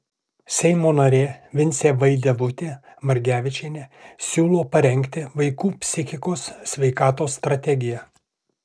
seimo narė vincė vaidevutė margevičienė siūlo parengti vaikų psichikos sveikatos strategiją